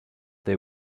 they